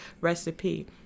recipe